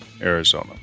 Arizona